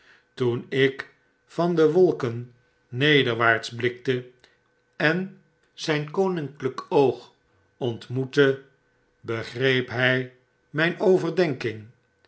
toen ik van de wolken nederwaarts blikte en zijn koninklyk oog ontmoette begreep hi mijn overdenking